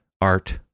Art